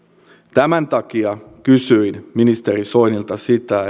tämän takia kysyin ministeri soinilta sitä